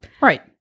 right